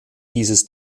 dieses